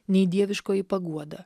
nei dieviškoji paguoda